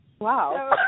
Wow